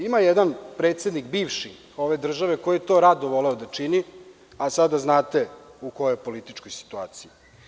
Ima jedan predsednik, bivši, ove države koji je to rado voleo da čini, a sada znate u kojojje političkoj situaciji.